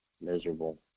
miserable